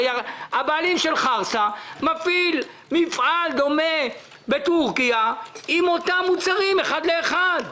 הרי הבעלים של חרסה מפעיל מפעל דומה בטורקיה עם אותם מוצרים אחד לאחד.